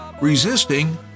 Resisting